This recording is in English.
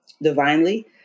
divinely